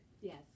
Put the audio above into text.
yes